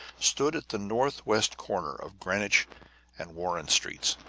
stood at the northwest corner of greenwich and warren streets,